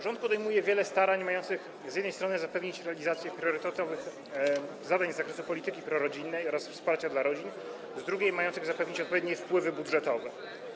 Rząd podejmuje wiele starań z jednej strony mających zapewnić realizację priorytetowych zadań z zakresu polityki prorodzinnej oraz wsparcia dla rodzin, z drugiej strony mających zapewnić odpowiednie wpływy budżetowe.